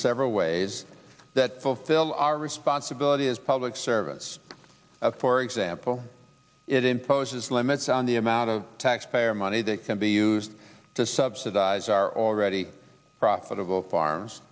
several ways that fulfill our responsibility as public servants for example it imposes limits on the amount of taxpayer money that can be used to subsidize our already profitable farms